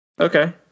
Okay